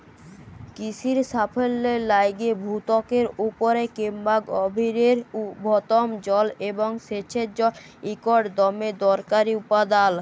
কিসির সাফল্যের লাইগে ভূত্বকের উপরে কিংবা গভীরের ভওম জল এবং সেঁচের জল ইকট দমে দরকারি উপাদাল